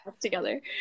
together